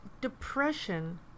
depression